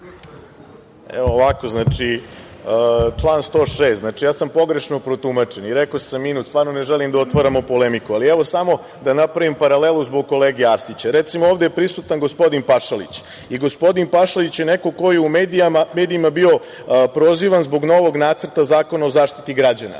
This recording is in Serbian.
**Vojislav Vujić** Član 106. Ja sam pogrešno protumačen. Rekao sam minut i stvarno ne želim da otvaramo polemiku, ali samo da napravim paralelu zbog kolege Arsića. Recimo, ovde je prisutan gospodin Pašalić. Gospodin Pašalić je neko ko je u medijima bio prozivan zbog novog Nacrta Zakona o Zaštiti građana,